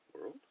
world